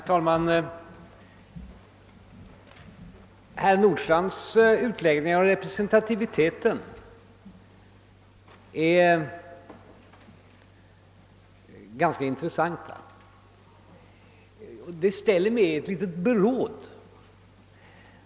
Herr talman! Herr Nordstrandhs utläggningar om representativiteten var ganska intressanta, men de ställde mig i ett litet beråd.